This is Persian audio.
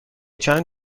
چند